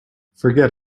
forget